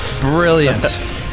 Brilliant